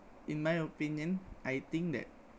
in my opinion I think that